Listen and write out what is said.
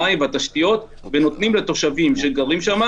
המים והתשתיות ונותנים לתושבים שגרים שם